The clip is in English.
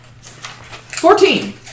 Fourteen